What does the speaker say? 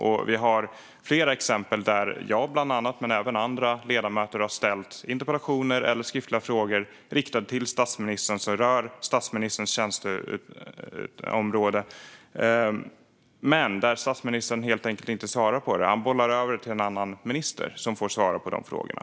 Det finns flera exempel där jag men även andra ledamöter har ställt interpellationer eller skriftliga frågor riktade till statsministern som rör statsministerns tjänsteutövning men där statsministern helt enkelt inte svarar. Han bollar över det till en annan minister, som får svara på de frågorna.